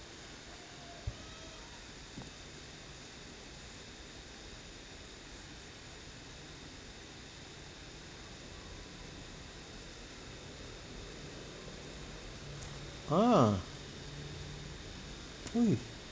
ah who